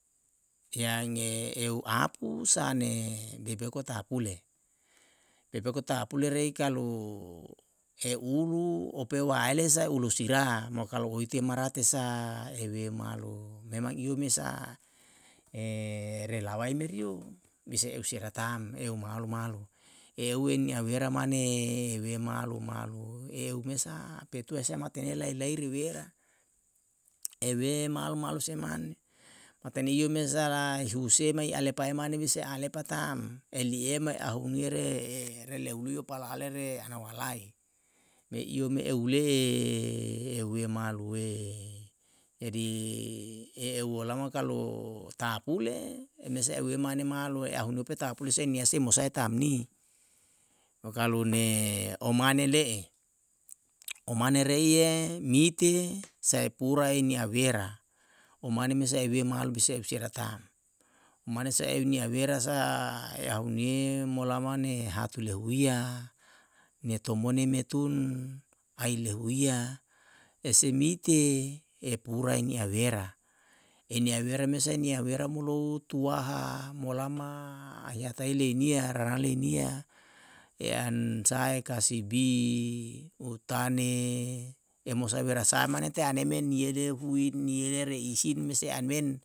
piaenge eu apu sa ne lebeu kotahapule, lebeu kotahapule rei kalu e ulu ope waele sae ulu sira'a mo kalu oite marate sa euwe malo memang iyo mesa relawai merio bisa eusia ratam eu malo malo, euwe nia wera mane heuwe malo malo eu mesa petua esa matenei lai lai riwera. ewe malo malo se mane, matane iye mesa na i huse mai alepae mane bisae alepa ta'm eliema e hunue re rele hulio pala alere ana walai. me iyo me ehu le'e ehue malue. jadi e olama kalu ta'apule mesa euwe mane maloe a hune peta'apuli miya se mosae ta'm ni, mo kalu ne omane le'e omane re iye mite sae purae ni a wera omane mesa euwe malo bisae usiera ta'm. mane sae eu nia wera sa hauni molama ni hatu leuwiya nia tomoni me tun ai lehuia ese mite e purai ni'a wera e ni wera mesae niya wera mulou tuwaha molama ahiatai leinia rana leinia i an sahae kasibi utane e mosae wera sae mane teane me niele huin niele re isin me se an men